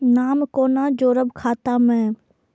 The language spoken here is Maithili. नाम कोना जोरब खाता मे